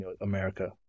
America